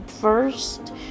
first